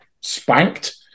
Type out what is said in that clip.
spanked